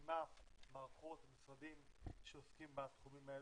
ומקימה מערכות ומשרדים שעוסקים בתחומים האלו.